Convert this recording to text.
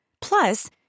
Plus